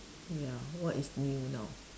ya what is new now